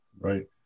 Right